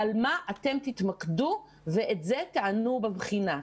על מה להתמקד ועל מה לענות בבחינה.